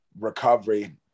recovery